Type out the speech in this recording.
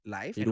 Life